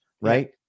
right